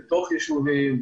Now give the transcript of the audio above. בתוך ישובים,